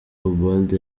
ubald